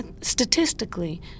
statistically